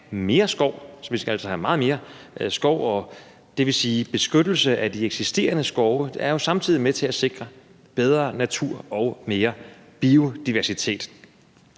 mere skov. Vi skal altså have meget mere skov, og beskyttelsen af de eksisterende skove er samtidig med til at sikre bedre natur og mere biodiversitet.